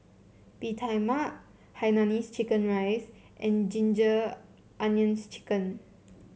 Bee Tai Mak Hainanese Chicken Rice and Ginger Onions chicken